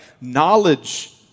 knowledge